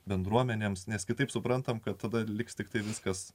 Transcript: bendruomenėms nes kitaip suprantame kad tada liks tiktai viskas